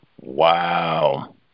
Wow